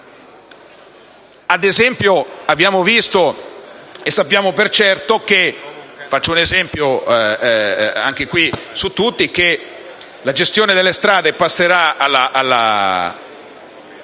un esempio: abbiamo visto e sappiamo per certo che la gestione delle strade passerà alla